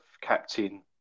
captain